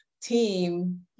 team